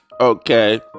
okay